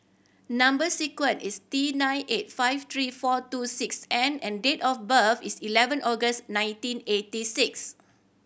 number sequence is T nine eight five three four two six N and date of birth is eleven August nineteen eighty six